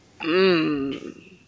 Mmm